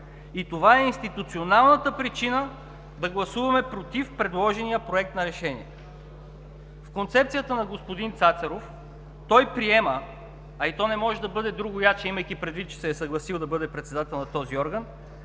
И това е институционалната причина да гласуваме „против“ предложения Проект на решение. В концепцията на господин Цацаров той приема, а и то не може да бъде другояче, имайки предвид, че се е съгласил да бъде председател на този орган,